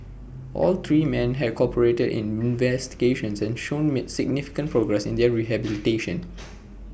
all three men had cooperated in investigations and shown significant progress in their rehabilitation